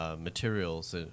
Materials